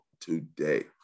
today